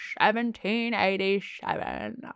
1787